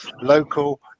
local